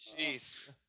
Jeez